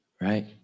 Right